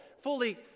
Fully